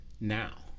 now